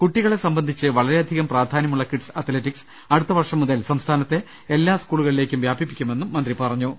കുട്ടികളെ സംബന്ധിച്ച് വളരെയധികം പ്രാധാനൃമുളള കിഡ്സ് അത്ലറ്റിക്സ് അടുത്തവർഷം മുതൽ സംസ്ഥാനത്തെ എല്ലാ സ്കൂളുകളിലേക്കും വൃാപി പ്പിക്കുമെന്നും മന്ത്രി പറഞ്ഞു